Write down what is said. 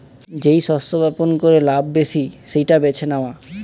যেই শস্য বপন করে লাভ বেশি সেটা বেছে নেওয়া